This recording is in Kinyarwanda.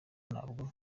nabwo